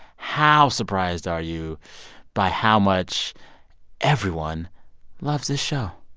how surprised are you by how much everyone loves this show?